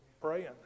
praying